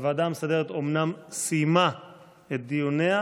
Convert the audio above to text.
הוועדה המסדרת אומנם סיימה את דיוניה,